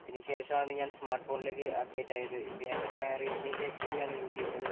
അതിനുശേഷം ആണ് ഞാൻ സ്മാർട്ട് ഫോണിലേക്ക് അപ്ഡേറ്റ് ആയത് ഇപ്പം ഞാൻ റിയൽമീന്റെ എക്സ് ടി ആണ് യൂസ് ചെയ്യുന്നത്